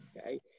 okay